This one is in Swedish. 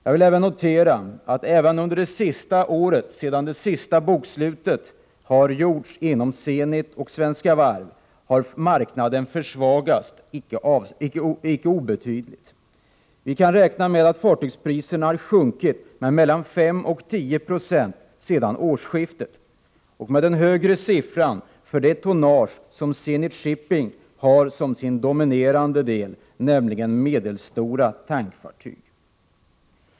Jag vill notera att även under detta år, sedan det senaste bokslutet inom Zenit och Svenska Varv gjordes, har marknaden försvagats icke obetydligt. Fartygspriserna har sjunkit med mellan 5 och 10 96 sedan årsskiftet. Den högre siffran gäller det tonnage som Zenit Shipping har som sin dominerande del, nämligen medelstora tankfartyg.